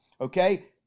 Okay